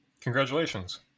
Congratulations